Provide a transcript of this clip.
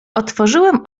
otworzyłem